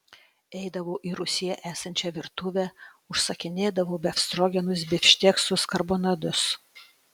eidavau į rūsyje esančią virtuvę užsakinėdavau befstrogenus bifšteksus karbonadus